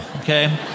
okay